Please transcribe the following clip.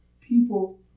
people